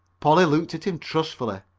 polly looked at him trustfully.